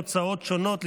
הוצאות שונות,